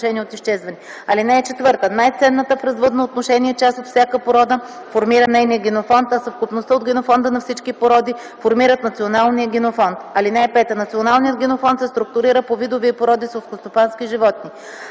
изчезване. (4) Най-ценната в развъдно отношение част от всяка порода формира нейния генофонд, а съвкупността от генофонда на всички породи формират националния генофонд. (5) Националният генофонд се структурира по видове и породи селскостопански животни.